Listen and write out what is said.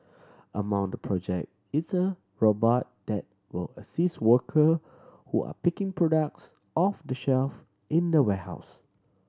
among the project is a robot that will assist worker who are picking products off the shelf in warehouse